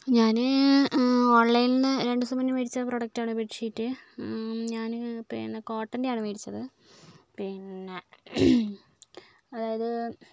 ഞാൻ ഓൺലൈനിൽ നിന്ന് രണ്ടുദിവസം മുൻപേ മേടിച്ച പ്രോഡക്റ്റാണ് ബെഡ് ഷീറ്റ് ഞാൻ പിന്നെ കോട്ടൻ്റെയാണ് മേടിച്ചത് പിന്നെ അതായത്